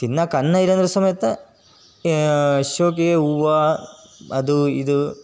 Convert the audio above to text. ತಿನ್ನಕ್ಕೆ ಅನ್ನ ಇಲ್ಲಾಂದರೂ ಸಮೇತ ಶೋಕಿಗೆ ಹೂವ ಅದೂ ಇದೂ